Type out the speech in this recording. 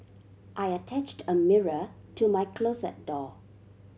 I attached a mirror to my closet door